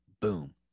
Boom